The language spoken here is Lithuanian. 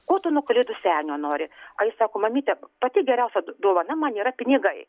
ko tu nuo kalėdų senio nori a jis sako mamyte pati geriausia dovana man yra pinigai